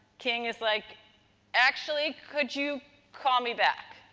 king is like actually could you call me back?